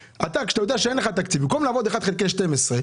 כשאתה יודע שאין לך תקציב, במקום לעבוד 1 חלקי 12,